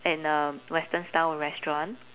in a western style restaurant